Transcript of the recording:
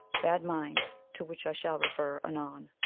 bad mind, to which i shall refer anon.